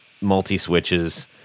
multi-switches